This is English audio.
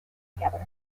together